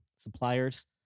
suppliers